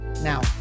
Now